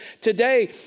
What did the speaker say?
today